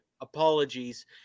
Apologies